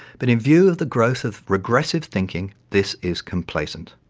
but in view of the growth of regressive thinking, this is complacent.